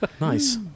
Nice